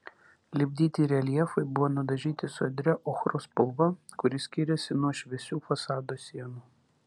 lipdyti reljefai buvo nudažyti sodria ochros spalva kuri skyrėsi nuo šviesių fasado sienų